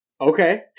Okay